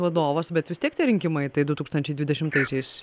vadovas bet vis tiek tie rinkimai tai du tūkstančiai dvidešimtaisiais